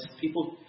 people